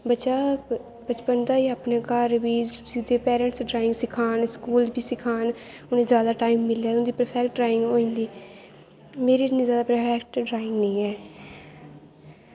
बच्चा बचपन दा गै अपने घर बी ओह्दे पैरेंटस ड्राइंग सखान स्कूल बी सखान उ'नें गी जैदा टैम मिलै तां होर प्रफैक्ट होई जंदी मेरी नजर कन्नै प्रफैक्ट ड्राइंग निं ऐ